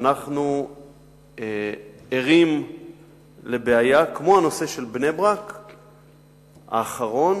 אנחנו ערים לבעיה, כמו הנושא האחרון